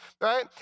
right